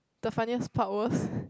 the funniest part was